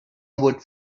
about